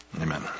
Amen